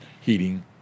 heating